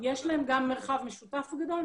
יש להם גם מרחב משותף גדול.